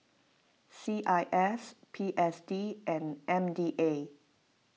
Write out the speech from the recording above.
C I S P S D and M D A